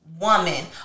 woman